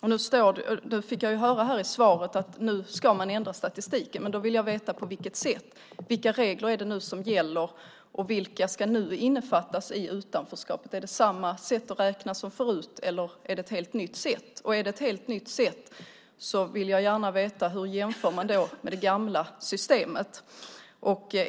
Jag fick höra i svaret att man nu ska ändra statistiken, men då vill jag veta på vilket sätt. Vilka regler är det nu som gäller? Vilka ska nu innefattas i utanförskapet? Är det samma sätt att räkna som förut, eller är det ett helt nytt sätt? Är det ett helt nytt sätt vill jag gärna veta hur man jämför med det gamla systemet.